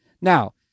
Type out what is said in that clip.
Now